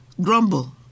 grumble